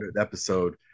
episode